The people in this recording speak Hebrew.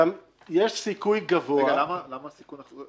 יש סיכוי גבוה --- למה סיכון גבוה?